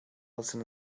listen